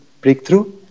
breakthrough